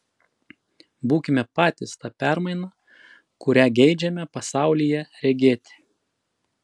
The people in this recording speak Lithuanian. būkime patys ta permaina kurią geidžiame pasaulyje regėti